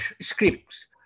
scripts